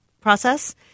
process